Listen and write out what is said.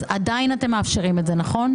עדיין אתם מאפשרים את זה, נכון?